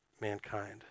mankind